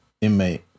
inmate